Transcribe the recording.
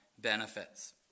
benefits